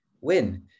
win